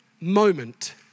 moment